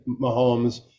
Mahomes –